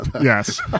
Yes